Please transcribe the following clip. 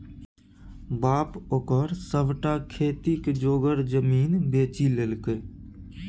बाप ओकर सभटा खेती जोगर जमीन बेचि लेलकै